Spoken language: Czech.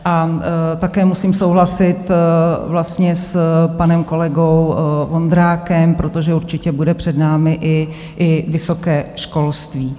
A také musím souhlasit vlastně s panem kolegou Vondrákem, protože určitě bude před námi i vysoké školství.